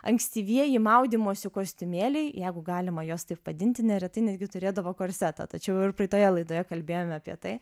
ankstyvieji maudymosi kostiumėliai jeigu galima juos taip vadinti neretai netgi turėdavo korsetą tačiau ir praeitoje laidoje kalbėjome apie tai